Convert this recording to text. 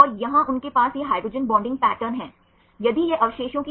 तो non redundant data set का निर्माण कैसे करें